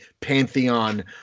pantheon